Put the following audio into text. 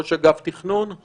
ראש אגף תכנון;